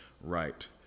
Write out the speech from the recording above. right